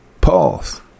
pause